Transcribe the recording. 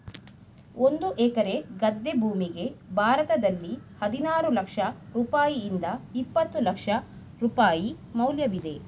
ಒಂದು ಎಕರೆ ಗದ್ದೆ ಭೂಮಿಗೆ ಭಾರತದಲ್ಲಿ ಹದಿನಾರು ಲಕ್ಷ ರೂಪಾಯಿಯಿಂದ ಇಪ್ಪತ್ತು ಲಕ್ಷ ರೂಪಾಯಿ ಮೌಲ್ಯವಿದೆ